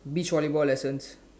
beach volleyball lessons